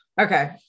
Okay